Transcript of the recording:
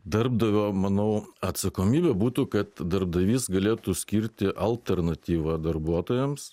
darbdavio manau atsakomybė būtų kad darbdavys galėtų skirti alternatyvą darbuotojams